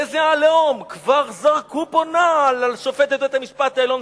איזה "עליהום" כבר זרקו פה נעל על שופטת בית-המשפט העליון,